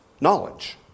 knowledge